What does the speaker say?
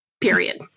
period